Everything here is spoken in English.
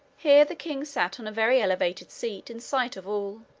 here the king sat on a very elevated seat, in sight of all.